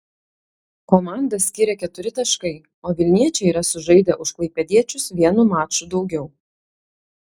komandas skiria keturi taškai o vilniečiai yra sužaidę už klaipėdiečius vienu maču daugiau